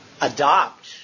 adopt